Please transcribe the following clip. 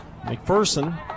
McPherson